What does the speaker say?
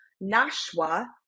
Nashua